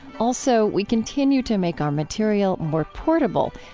also, we continue to make our material more portable,